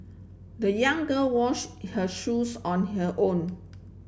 the young girl wash her shoes on her own